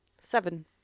Seven